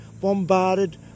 bombarded